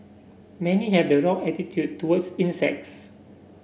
many have the wrong attitude towards insects